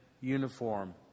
uniform